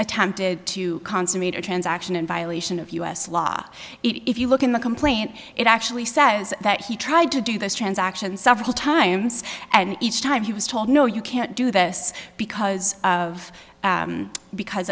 attempted to consummate a transaction in violation of u s law if you look at the complaint it actually says that he tried to do this transaction several times and each time he was told no you can't do this because of because